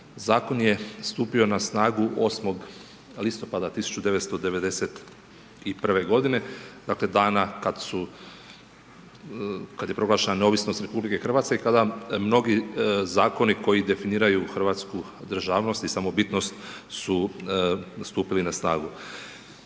Zakon je stupio na snagu 8. listopada 1991. g. dakle, dana kada su kada je proglašena neovisnost RH i kada mnogi zakoni koji definiraju Hrvatsku državnost i samobitnost su stupili na snagu.